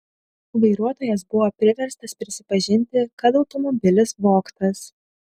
vairuotojas buvo priverstas prisipažinti kad automobilis vogtas